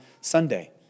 Sunday